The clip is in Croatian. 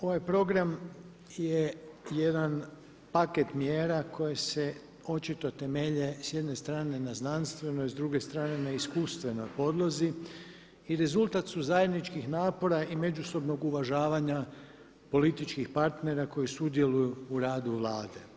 Ovaj program je jedan paket mjera koje se očito temelje s jedne strane na znanstvenoj s druge strane na iskustvenoj podlozi i rezultat su zajedničkih napora i međusobnog uvažavanja političkih partnera koji sudjeluju u radu Vlade.